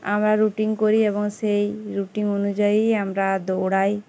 আমরা রুটিন করি এবং সেই রুটিন অনুযায়ীই আমরা দৌড়াই